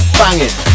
banging